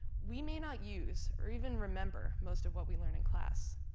we may not use or even remember most of what we learned in class,